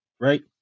right